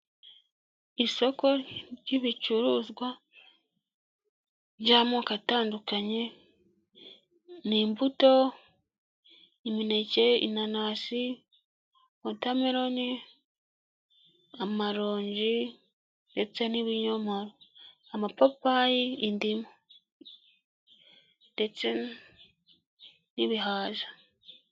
Isoko ry'ibicuruzwa by'amoko atandukanye ni imbuto, imineke, inanasi wotameloni, amaronji, ndetse n'ibinyomoro, amapapayi, indimu, ndetse n'ibihaza.